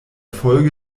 folge